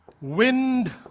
wind